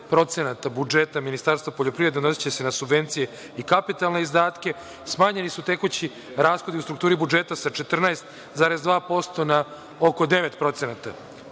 budžeta Ministarstva poljoprivrede odnosiće se na subvencije i kapitalne izdatke, smanjeni su tekući rashodi u strukturi budžeta sa 14,2% na oko 9%.